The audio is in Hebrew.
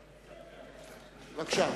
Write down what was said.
בבקשה.